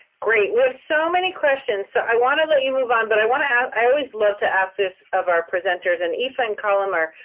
great, we've so many questions, so i want to let you move on, but i want to ask, i always love to ask this of our presenters and ethan colomer,